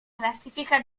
classifica